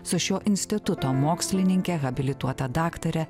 su šio instituto mokslininke habilituota daktare